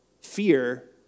fear